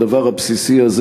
הדבר הבסיסי הזה,